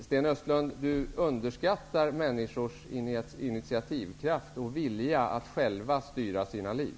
Sten Östlund underskattar människors initiativkraft och vilja att själva styra sina liv.